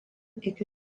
iki